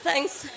Thanks